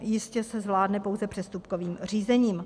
Jistě se zvládne pouze přestupovým řízením.